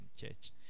Church